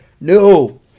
No